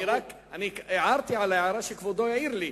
אני רק הערתי להערה שכבודו העיר לי.